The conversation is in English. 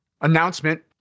announcement